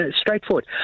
straightforward